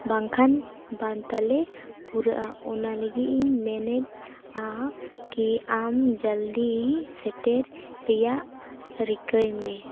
ᱵᱟᱝᱠᱷᱟᱱ ᱵᱟᱝ ᱛᱟᱞᱮ ᱯᱩᱨᱟᱹᱜᱼᱟ ᱚᱱᱟ ᱞᱟᱹᱜᱤᱫ ᱤᱧ ᱢᱮᱱᱮᱫᱼᱟ ᱠᱤ ᱟᱢ ᱡᱚᱞᱫᱤ ᱥᱮᱴᱮᱨ ᱨᱮᱭᱟᱜ ᱨᱤᱠᱟᱹᱭ ᱢᱮ